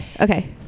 Okay